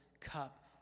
cup